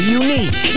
unique